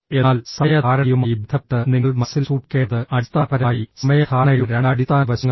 എന്നാൽ സമയ ധാരണയുമായി ബന്ധപ്പെട്ട് നിങ്ങൾ മനസ്സിൽ സൂക്ഷിക്കേണ്ടത് അടിസ്ഥാനപരമായി സമയ ധാരണയുടെ രണ്ട് അടിസ്ഥാന വശങ്ങളാണ്